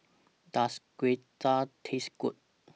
Does Gyoza Taste Good